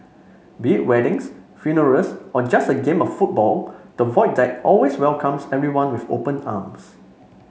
be weddings funerals or just a game of football the Void Deck always welcomes everyone with open arms